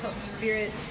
spirit